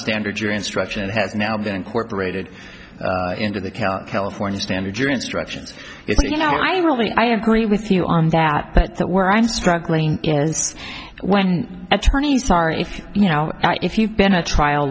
standard jury instruction has now been incorporated into the count california standard jury instructions you know i really i agree with you on that that's where i'm struggling when attorneys are if you know if you've been a trial